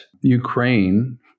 Ukraine